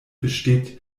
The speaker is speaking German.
besteht